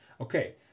Okay